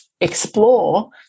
explore